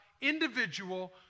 individual